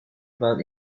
about